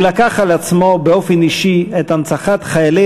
הוא לקח על עצמו באופן אישי את הנצחת זכרם